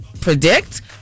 predict